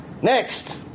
Next